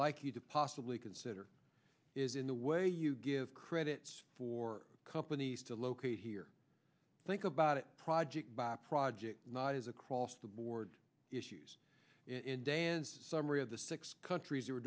like you to possibly consider is in the way you give credit for companies to locate here think about it project by project not as across the board issues in dan's summary of the six countries